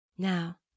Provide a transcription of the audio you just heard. Now